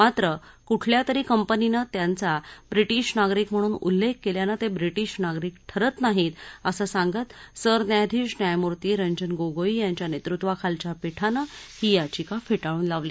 मात्र कुठल्यातरी कंपनीनं त्यांचा ब्रिटिश नागरिक म्हणून उल्लेख केल्यानं ते ब्रिटिश नागरिक ठरत नाहीत असं सांगत सरन्यायाधीश न्यायमूर्ती रंजन गोगोई यांच्या नेतृत्वाखालच्या पीठानं ही याचिका फेटाळून लावली